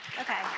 Okay